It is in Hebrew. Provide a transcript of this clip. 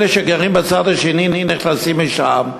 אלה שגרים בצד השני נכנסים משם.